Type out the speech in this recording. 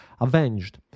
avenged